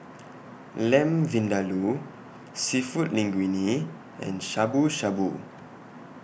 Lamb Vindaloo Seafood Linguine and Shabu Shabu